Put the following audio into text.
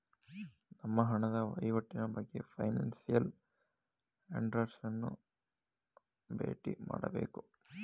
ನಮ್ಮ ಹಣದ ವಹಿವಾಟಿನ ಬಗ್ಗೆ ಫೈನಾನ್ಸಿಯಲ್ ಅಡ್ವೈಸರ್ಸ್ ಅನ್ನು ಬೇಟಿ ಮಾಡಬೇಕು